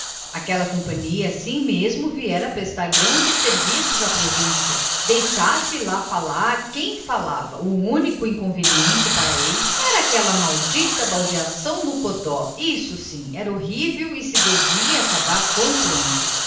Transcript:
aquela companhia assim mesmo viera prestar grandes serviços à província deixasse lá falar quem falava o único inconveniente que ele via era a baldeação no codó isso sim tinha o que se lhe dizer e devia acabar quanto antes